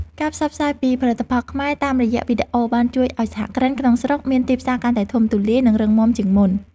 ការផ្សព្វផ្សាយពីផលិតផលខ្មែរតាមរយៈវីដេអូបានជួយឱ្យសហគ្រិនក្នុងស្រុកមានទីផ្សារកាន់តែធំទូលាយ និងរឹងមាំជាងមុន។